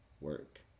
work